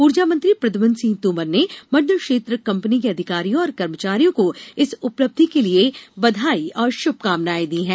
ऊर्जा मंत्री प्रद्यम्न सिंह तोमर ने मध्य क्षेत्र कंपनी के अधिकारियों और कर्मचारियों को इस उपलब्धि के लिए बधाई और शुभकामनाएँ दी हैं